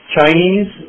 Chinese